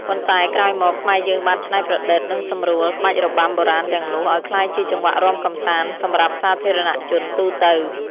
ប៉ុន្តែក្រោយមក ខ្មែរយើងបានច្នៃប្រឌិត និងសម្រួលក្បាច់របាំបុរាណទាំងនោះ ឲ្យក្លាយជាចង្វាក់រាំកម្សាន្តសម្រាប់សាធារណជនទូទៅ។